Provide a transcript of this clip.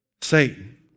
Satan